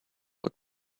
would